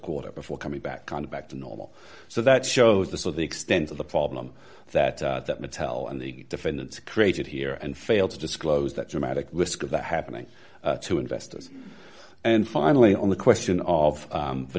quarter before coming back kind of back to normal so that shows the sort the extent of the problem that that mattel and the defendant created here and failed to disclose that dramatic risk of that happening to investors and finally on the question of